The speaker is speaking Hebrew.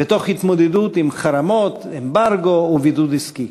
ותוך התמודדות עם חרמות, אמברגו ובידוד עסקי.